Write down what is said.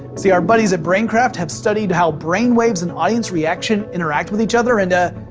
see our buddies at braincraft have studied how brainwaves and audience reaction interact with each other and,